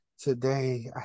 Today